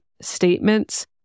statements